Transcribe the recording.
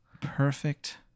perfect